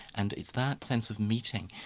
and it's that sense of meeting.